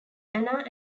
anna